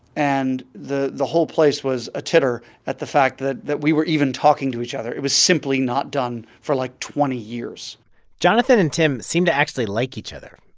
and the the whole place was a titter at the fact that that we were even talking to each other. it was simply not done for, like, twenty years jonathan and tim seemed to actually like each other.